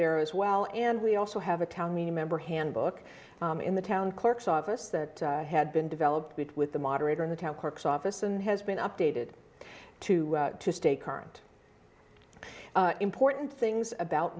there as well and we also have a town meeting member handbook in the town clerk's office that had been developed with the moderator in the town cork's office and has been updated to to stay current important things about